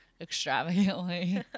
extravagantly